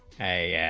a